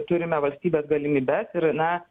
turime valstybės galimybes ir na